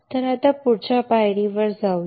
आता पुढच्या पायरीवर जाऊया